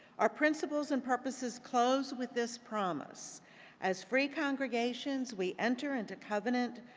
our principles and purposes close with this promise as free congregations we enter into covenant,